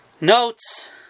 notes